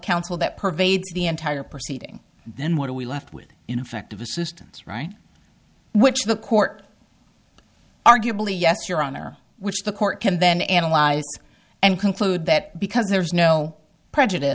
counsel that pervades the entire proceeding then what are we left with ineffective assistance right which the court arguably yes your honor which the court can then analyze and conclude that because there is no prejudice